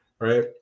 right